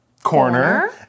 Corner